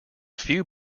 few